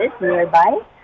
nearby